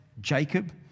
Jacob